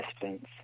distance